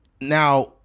now